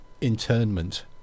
internment